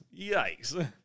Yikes